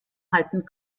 halten